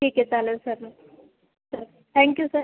ठीक आहे चालेल सर सर थॅंक्यू सर